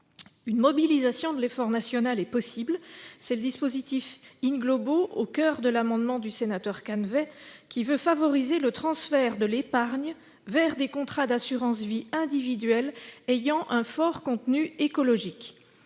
Une mobilisation de l'effort national est possible. C'est tout l'objet du dispositif In Globo, au coeur de cet amendement proposé par Michel Canevet : favoriser le transfert de l'épargne vers des contrats d'assurance vie individuels ayant un fort contenu écologique.